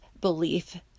belief